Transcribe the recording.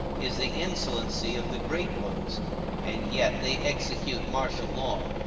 is the insolency of the great ones and yet they execute martial law,